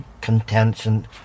contention